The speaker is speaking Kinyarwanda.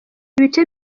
ibice